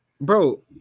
Bro